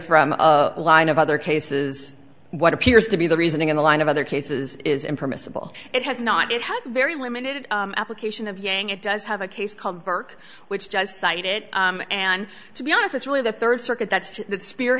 from a line of other cases what appears to be the reasoning in the line of other cases is impermissible it has not it has very limited application of yang it does have a case called burke which just cited and to be honest it's really the third circuit that's sp